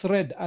Red